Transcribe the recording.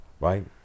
right